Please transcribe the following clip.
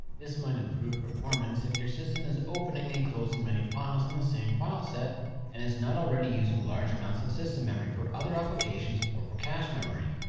this might improve performance if your system is opening and closing many files in the same file set and is not already using large amounts of system memory for other applications or for cache memory.